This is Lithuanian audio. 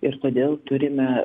ir todėl turime